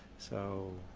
so,